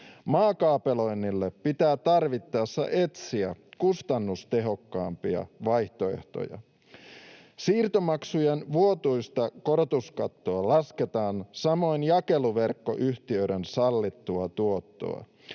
Maakaapeloinnille pitää tarvittaessa etsiä kustannustehokkaampia vaihtoehtoja. Siirtomaksujen vuotuista korotuskattoa lasketaan, samoin jakeluverkkoyhtiöiden sallittua tuottoa.